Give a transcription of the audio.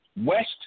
west